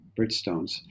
Bridgestones